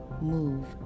move